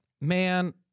man